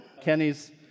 Kenny's